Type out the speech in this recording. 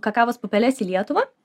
kakavos pupeles į lietuvą